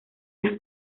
las